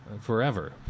forever